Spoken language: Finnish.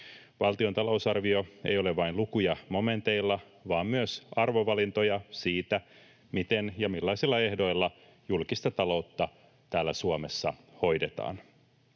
Valtion talousarvio ei ole vain lukuja momenteilla vaan myös arvovalintoja siitä, miten ja millaisilla ehdoilla julkista taloutta täällä Suomessa hoidetaan.